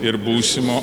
ir būsimo